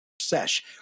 sesh